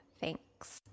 Thanks